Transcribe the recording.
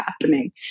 happening